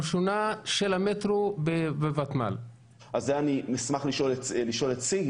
ואנחנו עד סוף השנה